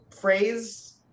phrase